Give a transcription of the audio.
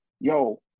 yo